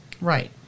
Right